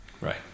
Right